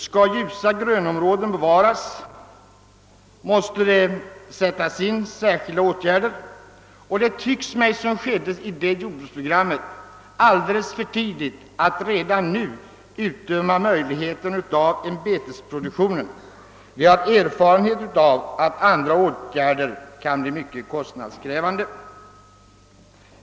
Skall ljusa grönområden bevaras, måste det sättas in särskilda åtgärder. Det tycks mig vara alldeles för tidigt att — som man gjorde i jordbruksprogrammet — redan nu utdöma möjligheterna av betesproduktion. Vi har erfarenhet av att andra åtgärder kan bli mycket kostnadskrävande.